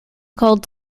called